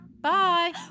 Bye